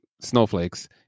snowflakes